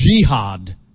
jihad